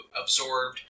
absorbed